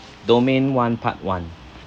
domain one part one